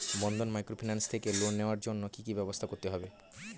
বন্ধন microfinance থেকে loan নেওয়ার জন্য কি কি ব্যবস্থা করতে হবে?